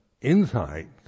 insight